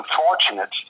unfortunate